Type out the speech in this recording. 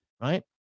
right